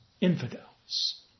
infidels